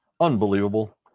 unbelievable